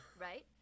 Right